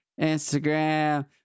Instagram